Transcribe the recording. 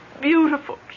beautiful